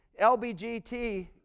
LBGT